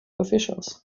officials